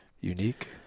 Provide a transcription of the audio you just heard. Unique